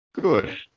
Good